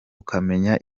ukamenya